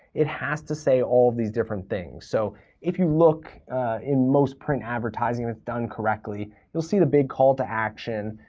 it has to say all these different things. so if you look in most print advertising and that's done correctly, you'll see the big call to action,